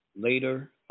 later